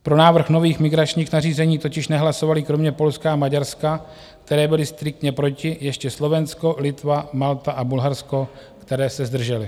Pro návrh nových migračních nařízení totiž nehlasovaly kromě Polska a Maďarska, které byly striktně proti, ještě Slovensko, Litva, Malta a Bulharsko, které se zdržely.